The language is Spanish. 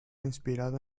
inspirada